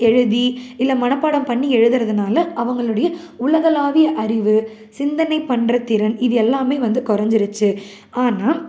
எழுதி இல்லை மனப்பாடம் பண்ணி எழுதுறதனால அவங்களுடைய உலகளாவிய அறிவு சிந்தனை பண்ணுற திறன் இது எல்லாம் வந்து கொறைஞ்சிருச்சி ஆனால்